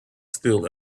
still